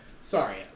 Sorry